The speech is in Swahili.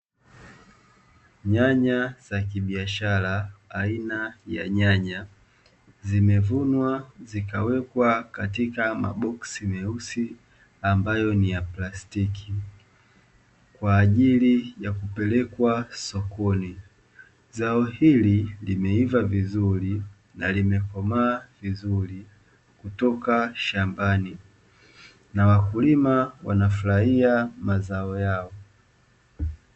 Nyanya za kibiashara aina ya nyanya zimevunwa zikawekwa katika maboksi meusi ambayo ni ya plastiki kwa ajili ya kupelekwa sokoni, zao hili limeiva vizuri na limekomaa kutoka shambani na wakulima wanafurahia mazao yao.